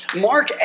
Mark